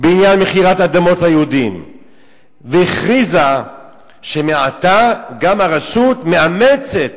בעניין מכירת אדמות ליהודים והכריזה שמעתה גם הרשות מאמצת